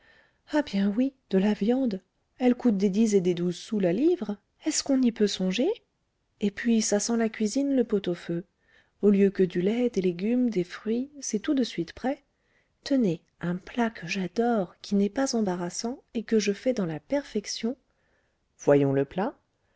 ah bien oui de la viande elle coûte des dix et douze sous la livre est-ce qu'on y peut songer et puis ça sent la cuisine le pot-au-feu au lieu que du lait des légumes des fruits c'est tout de suite prêt tenez un plat que j'adore qui n'est pas embarrassant et que je fais dans la perfection voyons le plat